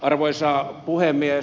arvoisa puhemies